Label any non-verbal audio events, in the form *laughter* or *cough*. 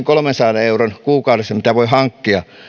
*unintelligible* kolmensadan euron kuukaudessa mitä voi hankkia